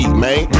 man